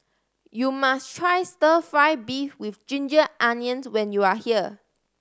you must try Stir Fry beef with ginger onions when you are here